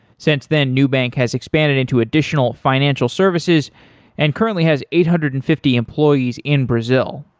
since then, nubank has expanded into additional financial services and currently has eight hundred and fifty employees in brazil.